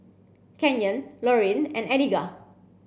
Canyon Lorayne and Eligah